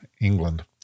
England